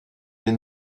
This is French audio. des